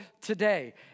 today